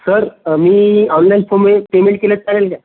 sir मी online फोमे payment केलं तर चालेल काय